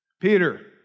Peter